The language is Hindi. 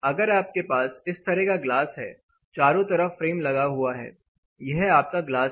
अगर आपके पास इस तरह का ग्लास है चारों तरफ फ्रेम लगा हुआ है यह आपका ग्लास है